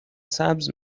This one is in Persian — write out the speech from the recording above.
سبز